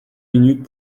minutes